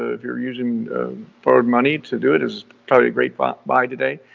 ah if you're using a borrowed money to do it is probably a great buy buy today.